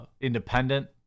independent